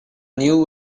new